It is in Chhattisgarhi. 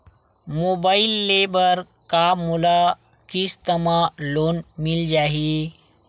मोबाइल ले बर का मोला किस्त मा लोन मिल जाही?